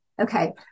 Okay